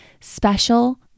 special